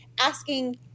asking